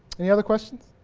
any other questions